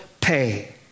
pay